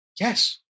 Yes